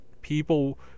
people